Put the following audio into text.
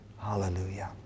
Hallelujah